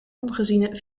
ongeziene